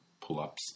pull-ups